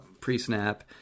pre-snap